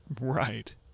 Right